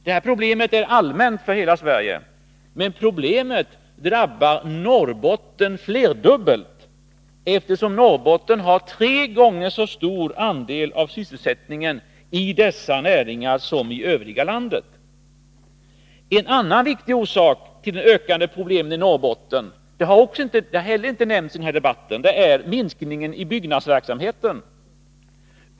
Detta problem är allmänt för hela Sverige, men det drabbar Norrbotten flerfaldigt, eftersom dessa näringar i Norrbotten har en tre gånger så stor andel som i landet i övrigt. | Inte heller har en annan viktig orsak till de ökande problemen i Norrbotten | nämnts i debatten, och det är minskningen i byggnadsverksamheten.